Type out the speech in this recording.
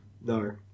no